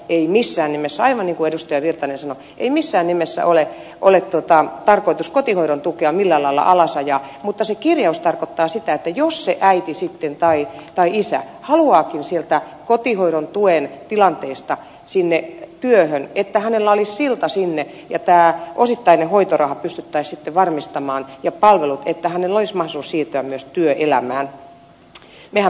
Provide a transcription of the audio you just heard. ei missään nimessä aivan niin kuin edustaja virtanen sanoi ei missään nimessä ole tarkoitus kotihoidon tukea millään lailla alas ajaa mutta se kirjaus tarkoittaa sitä että jos äiti tai isä sitten haluaakin sieltä kotihoidon tuen tilanteesta työhön hänellä olisi silta sinne ja osittainen hoitoraha pystyttäisiin sitten varmistamaan ja palvelut että hänellä olisi mahdollisuus siirtyä myös työelämään